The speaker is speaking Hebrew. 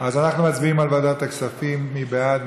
אז אנחנו מצביעים על ועדת הכספים, מי בעד?